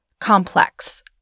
complex